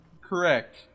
correct